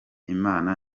imana